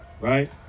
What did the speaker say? right